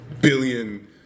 billion